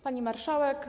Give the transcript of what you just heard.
Pani Marszałek!